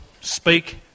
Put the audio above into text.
speak